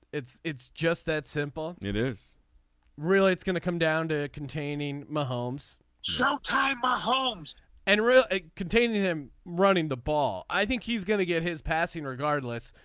it's it's just that simple. it is really it's gonna come down to containing my homes show time buy homes and real containing him running the ball. i think he's gonna get his passing regardless.